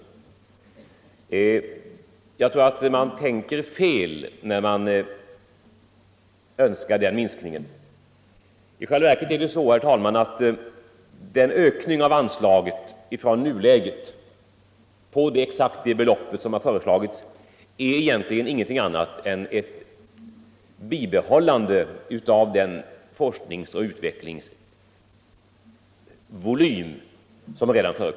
Jag tror emellertid att man har tänkt fel, när man föreslagit den minskningen. I själva verket är det så, att den ökning av anslaget från nuläget med det belopp som föreslagits inte innebär något annat än ett bibehållande av den forskningsoch utvecklingsvolym som vi nu har.